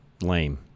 Lame